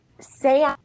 say